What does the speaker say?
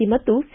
E ಮತ್ತು C